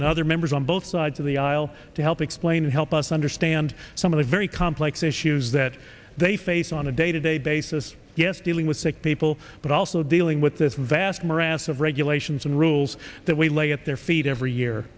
and other members on both sides of the aisle to help explain and help us understand some of the very complex issues that they face on a day to day basis yes dealing with sick people but also dealing with this vast morass of regulations and rules that we lay at their feet every year